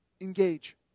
engage